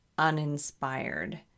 uninspired